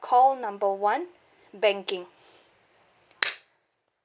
call number one banking